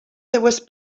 seues